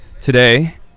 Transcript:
today